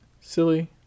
Silly